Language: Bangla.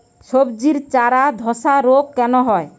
সবজির চারা ধ্বসা রোগ কেন হয়?